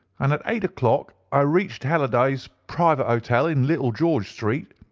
and at eight o'clock i reached halliday's private hotel, in little george street.